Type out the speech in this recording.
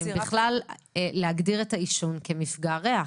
בכלל להגדיר את העישון כמפגע ריח.